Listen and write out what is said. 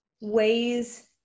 ways